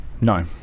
No